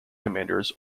commanders